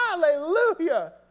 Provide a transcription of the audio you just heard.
Hallelujah